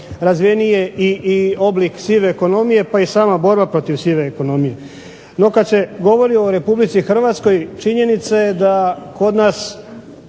razvijeniji je i oblik sive ekonomije pa i sama borba protiv sive ekonomije. NO, kada se govori o Republici Hrvatskoj činjenica je da kod nas